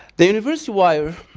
the universe wire,